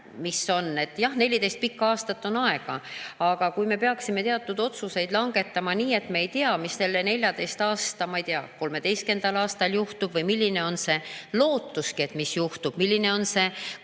selles, et jah, 14 pikka aastat on aega, aga me peaksime teatud otsuseid langetama nii, et me ei tea, mis selle 14 aasta, ma ei tea, näiteks 13. aastal juhtub, või milline on see lootus, milline on see kava,